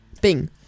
Bing